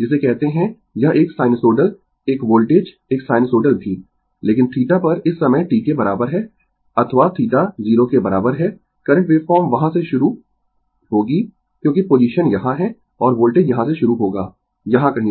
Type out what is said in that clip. जिसे कहते है यह एक साइनसोइडल एक वोल्टेज एक साइनसोइडल भी लेकिन θ पर इस समय t के बराबर है अथवा θ 0 के बराबर है करंट वेवफॉर्म वहां से शुरू होगी क्योंकि पोजीशन यहां है और वोल्टेज यहां से से शुरू होगा यहाँ कहीं से